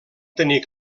tenir